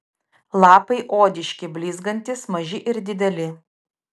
lapai odiški blizgantys maži ir dideli